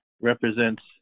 represents